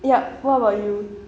yup what about you